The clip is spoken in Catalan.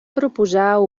proposar